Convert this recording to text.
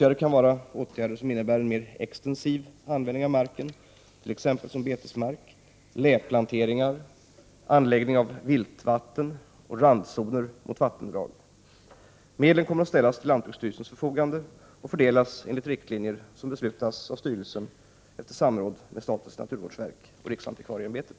Det kan vara åtgärder som innebär en mer extensiv användning av marken, t.ex. som betesmark, läplanteringar, anläggning av viltvatten och randzoner mot vattendrag. Medlen kommer att ställas till lantbruksstyrelsens förfogande och fördelas enligt riktlinjer som beslutas av styrelsen efter samråd med statens naturvårdsverk och riksantikvarieämbetet.